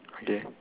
okay